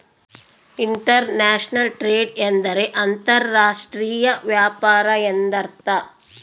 inter national trade ಎಂದರೆ ಅಂತರ್ ರಾಷ್ಟ್ರೀಯ ವ್ಯಾಪಾರ ಎಂದರ್ಥ